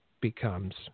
becomes